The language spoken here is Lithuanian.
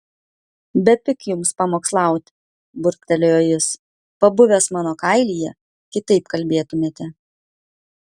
bepig jums pamokslauti burbtelėjo jis pabuvęs mano kailyje kitaip kalbėtumėte